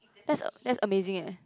that's a~ that's amazing eh